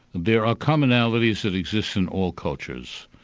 there are commonalities that exist in all cultures.